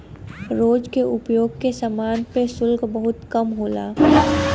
रोज के उपयोग के समान पे शुल्क बहुत कम होला